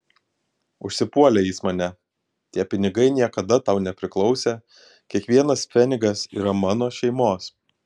užsipuolė jis mane tie pinigai niekada tau nepriklausė kiekvienas pfenigas yra mano šeimos